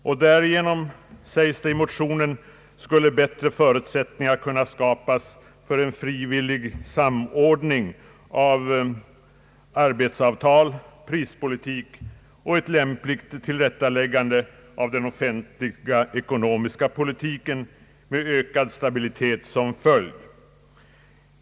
Det framhålles i motionen, att förutsättning därigenom skapas för en samordning av arbetsavtal, prispolitik och ett lämpligt tillrättaläggande av den offentliga ekonomiska politiken med ökad ekonomisk stabilitet som följd.